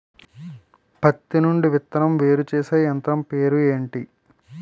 పత్తి నుండి విత్తనం వేరుచేసే యంత్రం పేరు ఏంటి